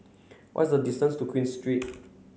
what's the distance to Queen Street